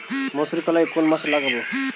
মুসুরকলাই কোন মাসে লাগাব?